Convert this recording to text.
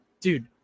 dude